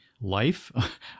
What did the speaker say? life